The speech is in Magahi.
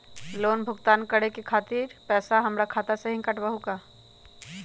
लोन भुगतान करे के खातिर पैसा हमर खाता में से ही काटबहु का?